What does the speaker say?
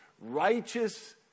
righteous